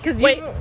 Wait